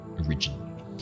originally